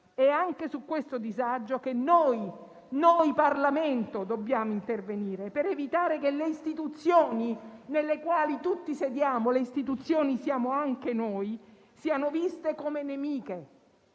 È anche su questo disagio che noi Parlamento dobbiamo intervenire per evitare che le istituzioni nelle quali tutti sediamo - le istituzioni siamo anche noi - siano viste come nemiche.